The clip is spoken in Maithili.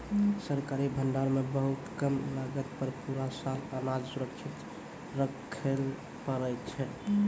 सरकारी भंडार मॅ बहुत कम लागत पर पूरा साल अनाज सुरक्षित रक्खैलॅ पारै छीं